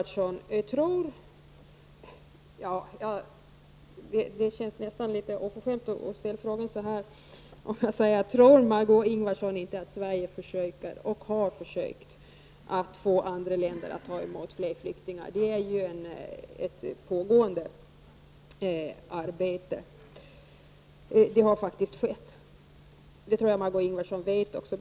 Det känns nästan litet oförskämt att ställa frågan till Margé Ingvardsson om hon inte tror att Sverige försöker och har försökt att få andra länder att ta emot fler flyktingar. Det är ett pågående arbete. Det har faktiskt skett. Det tror jag att Margö Ingvardsson också vet.